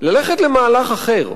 ללכת למהלך אחר.